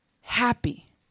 happy